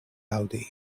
aŭdi